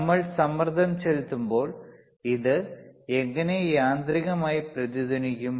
നമ്മൾ സമ്മർദ്ദം ചെലുത്തുമ്പോൾ ഇത് എങ്ങനെ യാന്ത്രികമായി പ്രതിധ്വനിക്കും